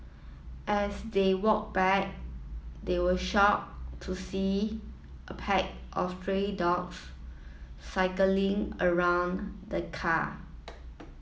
as they walked back they were shocked to see a pack of stray dogs circling around the car